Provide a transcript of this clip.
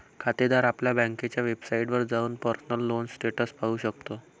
खातेदार आपल्या बँकेच्या वेबसाइटवर जाऊन पर्सनल लोन स्टेटस पाहू शकतो